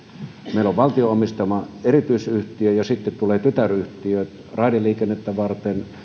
meillä on valtion omistama erityisyhtiö ja sitten tulee tytäryhtiö raideliikennettä varten